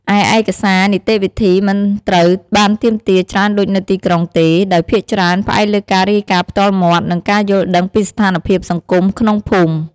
ឯកសារនីតិវិធីមិនត្រូវបានទាមទារច្រើនដូចនៅទីក្រុងទេ ដោយភាគច្រើន ផ្អែកលើការរាយការណ៍ផ្ទាល់មាត់ និងការយល់ដឹងពីស្ថានភាពសង្គមក្នុងភូមិ។